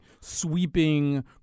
sweeping